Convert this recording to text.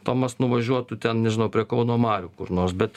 tomas nuvažiuotų ten nežinau prie kauno marių kur nors bet